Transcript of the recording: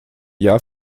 jahr